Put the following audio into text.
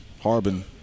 Harbin